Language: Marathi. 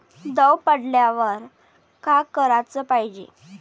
दव पडल्यावर का कराच पायजे?